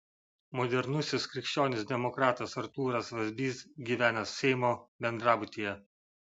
modernusis krikščionis demokratas artūras vazbys gyvena seimo bendrabutyje